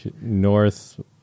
north